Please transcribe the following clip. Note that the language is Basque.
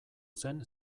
zen